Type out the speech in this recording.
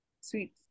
sweet